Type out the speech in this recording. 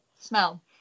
smell